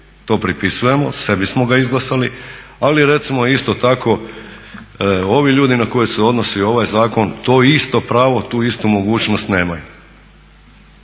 to pripisujemo, sebi smo ga izglasali ali recimo isto tako ovi ljudi na koje se odnosi ovaj zakon to isto pravo tu istu mogućnost nemaju.